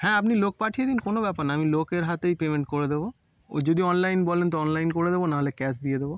হ্যাঁ আপনি লোক পাঠিয়ে দিন কোনো ব্যাপার না আমি লোকের হাতেই পেমেন্ট করে দেবো ও যদি অনলাইন বলেন তো অনলাইন করে দেবো না হলে ক্যাশ দিয়ে দেবো